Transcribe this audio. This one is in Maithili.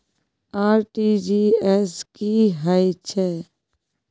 आर.टी.जी एस की है छै?